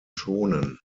schonen